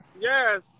yes